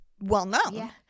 well-known